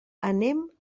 anem